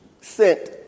sent